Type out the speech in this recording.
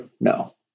No